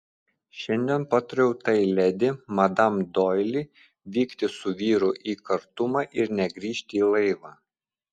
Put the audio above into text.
šiandien patariau tai ledi madam doili vykti su vyru į kartumą ir negrįžti į laivą